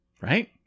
Right